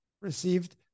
received